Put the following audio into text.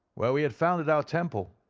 where we had founded our temple.